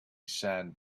sad